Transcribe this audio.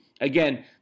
again